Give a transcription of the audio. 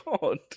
God